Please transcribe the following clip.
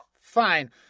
Fine